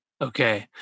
Okay